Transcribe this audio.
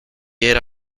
era